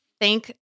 thank